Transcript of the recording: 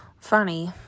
funny